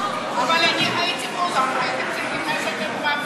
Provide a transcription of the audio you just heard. אבל אני הייתי באולם והייתם צריכים לעשות הצבעה,